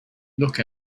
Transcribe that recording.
look